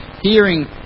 hearing